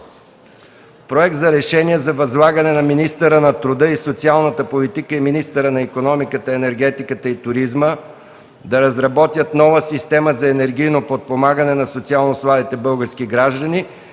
Проект за решение за възлагане на министъра на труда и социалната политика и министъра на икономиката, енергетиката и туризма да разработят нова система за енергийно подпомагане на социално слабите български граждани,